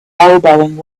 elbowing